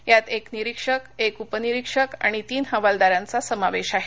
यात एक निरीक्षक एक उप निरीक्षक आणि तीन हवालदारांचा समावेश आहे